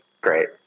great